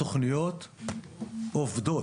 התוכניות עובדות.